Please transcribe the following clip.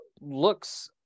looks